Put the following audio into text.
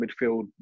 midfield